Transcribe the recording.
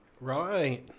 Right